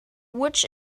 which